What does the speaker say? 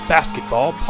Basketball